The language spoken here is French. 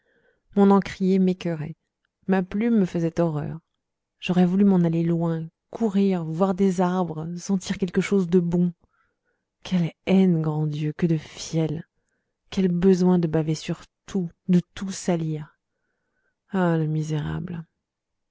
mon encrier m'écœurait ma plume me faisait horreur j'aurais voulu m'en aller loin courir voir des arbres sentir quelque chose de bon quelle haine grand dieu que de fiel quel besoin de baver sur tout de tout salir ah le misérable